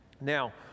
Now